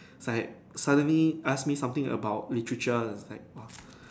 like suddenly ask me something about literature is like what